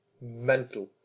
mental